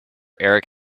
erik